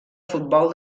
futbol